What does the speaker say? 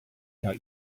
out